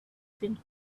been